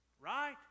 right